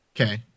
Okay